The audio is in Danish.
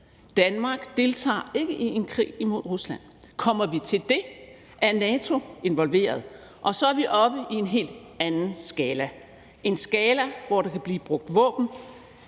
Danmark deltager ikke i en krig imod Rusland. Kommer vi til det, er NATO involveret, og så er vi oppe i en helt anden skala – en skala, hvor der kan blive brugt våben